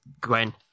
Gwen